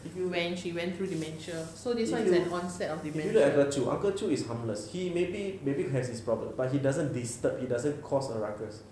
if you look at uncle choo uncle choo is harmless he maybe maybe has his problem but he doesn't disturb he doesn't cause a ruckus